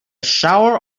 shower